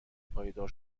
پایدار